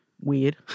Weird